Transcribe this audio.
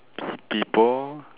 people